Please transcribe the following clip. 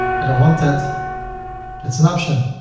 i don't want that, but it's an option.